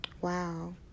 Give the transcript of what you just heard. Wow